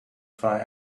fire